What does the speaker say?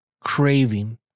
craving